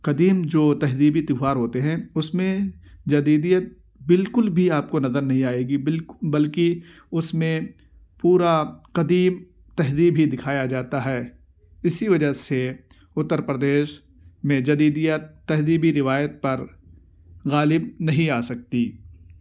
قدیم جو تہذیبی تہوار ہوتے ہیں اس میں جدیدیت بالکل بھی آپ کو نظر نہیں آئے گی بلکہ اس میں پورا قدیم تہذیب ہی دکھایا جاتا ہے اسی وجہ سے اتر پردیش میں جدیدیت تہذیبی روایت پر غالب نہیں آ سکتی